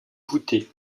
voûté